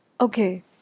Okay